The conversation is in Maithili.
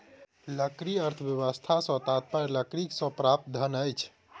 लकड़ी अर्थव्यवस्था सॅ तात्पर्य लकड़ीसँ प्राप्त धन अछि